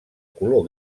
color